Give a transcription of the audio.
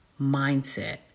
mindset